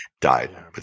died